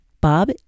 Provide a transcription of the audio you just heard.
Bob